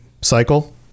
cycle